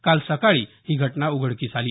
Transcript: काल सकाळी ही घटना उघडकीस आली